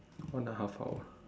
one and a half hour